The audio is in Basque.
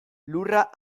lurra